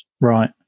right